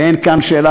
אין כאן שאלה,